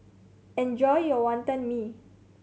enjoy your Wantan Mee